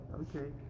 Okay